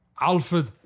Alfred